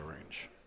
range